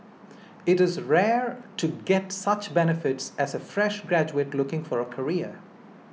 it is rare to get such benefits as a fresh graduate looking for a career